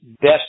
best